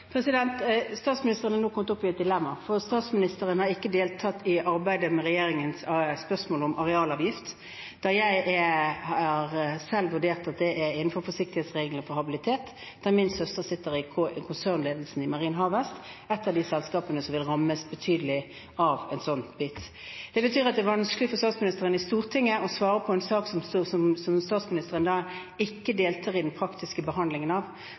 Statsministeren har nå kommet opp i et dilemma, for statsministeren har ikke deltatt i regjeringens arbeid med spørsmålet om arealavgift, da jeg selv har vurdert at dette er innenfor forsiktighetsreglene for habilitet da min søster sitter i konsernledelsen i Marine Harvest, et av de selskapene som vil rammes betydelig av en slik avgift. Det betyr at det er vanskelig for statsministeren å svare i Stortinget på en sak som statsministeren ikke deltar i den praktiske behandlingen av.